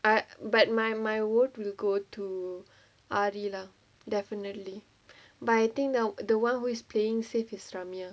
I but my my vote will go to aari lah definitely but I think now the [one] who is playing safe is ramya